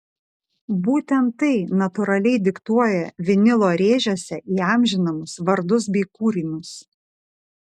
būtent tai natūraliai diktuoja vinilo rėžiuose įamžinamus vardus bei kūrinius